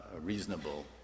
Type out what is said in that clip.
Reasonable